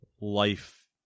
life